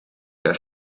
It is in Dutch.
haar